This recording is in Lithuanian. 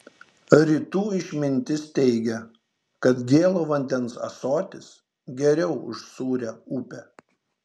rytų išmintis teigia kad gėlo vandens ąsotis geriau už sūrią upę